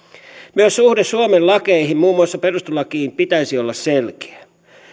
myös suhteen suomen lakeihin muun muassa perustuslakiin pitäisi olla selkeä